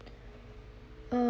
err